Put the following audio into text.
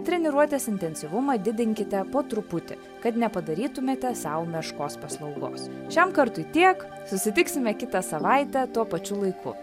treniruotės intensyvumą didinkite po truputį kad nepadarytumėte sau meškos paslaugos šiam kartui tiek susitiksime kitą savaitę tuo pačiu laiku